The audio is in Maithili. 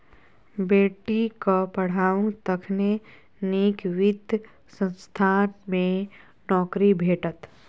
बेटीक पढ़ाउ तखने नीक वित्त संस्थान मे नौकरी भेटत